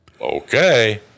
Okay